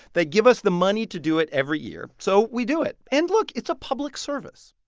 they give us the money to do it every year, so we do it. and, look, it's a public service